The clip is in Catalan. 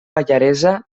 pallaresa